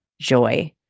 joy